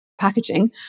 packaging